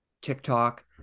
TikTok